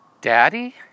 Daddy